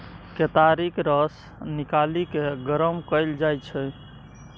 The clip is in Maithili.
केतारीक रस निकालि केँ गरम कएल जाइ छै